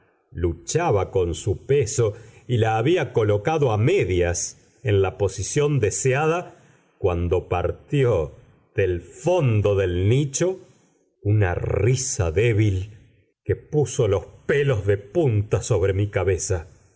luchaba con su peso y la había colocado a medias en la posición deseada cuando partió del fondo del nicho una risa débil que puso los pelos de punta sobre mi cabeza